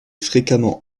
fréquemment